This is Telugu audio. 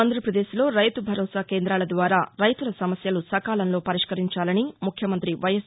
ఆంధ్రప్రదేశ్ లో రైతు భరోసా కేంద్రాల ద్వారా రైతుల సమస్యలు సకాలంలో పరిష్కరించాలని ముఖ్యమంత్రి వైఎస్